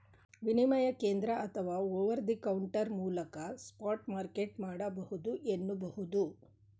ವಿನಿಮಯ ಕೇಂದ್ರ ಅಥವಾ ಓವರ್ ದಿ ಕೌಂಟರ್ ಮೂಲಕ ಸ್ಪಾಟ್ ಮಾರ್ಕೆಟ್ ಮಾಡಬಹುದು ಎನ್ನುಬಹುದು